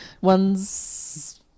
One's